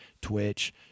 Twitch